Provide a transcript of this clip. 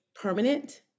permanent